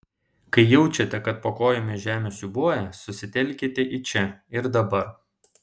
kai jaučiate kad po kojomis žemė siūbuoja susitelkite į čia ir dabar